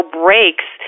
breaks